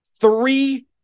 three